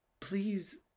Please